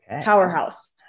Powerhouse